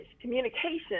communication